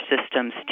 systems